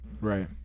Right